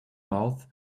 mouth